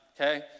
okay